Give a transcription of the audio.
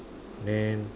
then